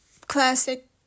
classic